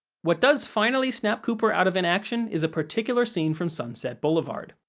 what does finally snap cooper out of inaction is a particular scene from sunset boulevard.